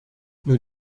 nous